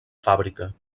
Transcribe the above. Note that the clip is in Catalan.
fàbrica